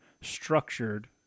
structured